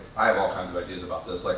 i have all kinds of ideas about this, like